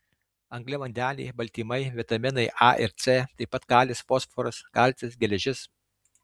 angliavandeniai baltymai vitaminai a ir c taip pat kalis fosforas kalcis geležis